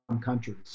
countries